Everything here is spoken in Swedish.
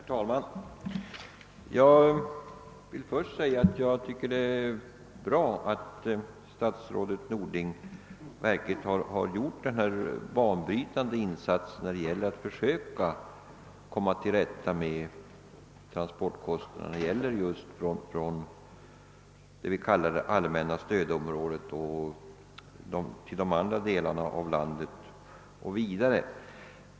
Herr talman! Jag vill först säga att jag tycker det är bra att statsrådet Norling verkligen gjort denna banbrytande insats för att försöka komma till rätta med kostnaderna för transport från vad vi kallar det allmänna stöd. området till andra delar av landet och längre bort.